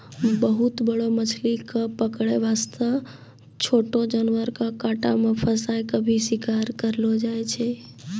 बहुत बड़ो मछली कॅ पकड़ै वास्तॅ छोटो जानवर के कांटा मॅ फंसाय क भी शिकार करलो जाय छै